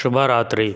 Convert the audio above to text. ಶುಭ ರಾತ್ರಿ